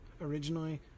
originally